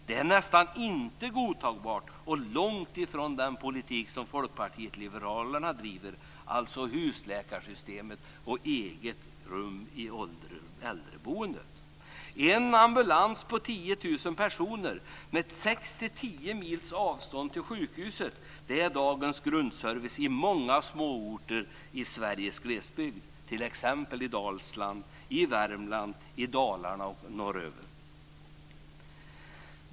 Det är nästan inte godtagbart och långt ifrån den politik som Folkpartiet liberalerna driver, alltså husläkarsystemet och eget rum i äldreboendet. En ambulans på 10 000 personer med sex-tio mils avstånd till sjukhuset. Det är dagens grundservice i många småorter i Sveriges glesbygd, t.ex. i Dalsland, Värmland, Dalarna och norröver.